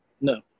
No